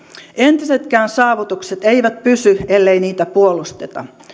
entisetkään saavutukset eivät pysy ellei niitä puolusteta